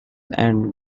and